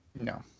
No